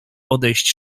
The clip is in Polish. odejść